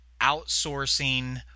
outsourcing